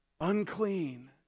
unclean